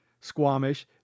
Squamish